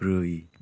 ब्रै